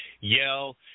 yell